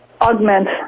augment